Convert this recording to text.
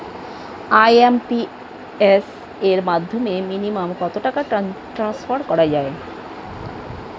IMPS এর মাধ্যমে minimum কত টাকা ট্রান্সফার করা যায়?